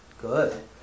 Good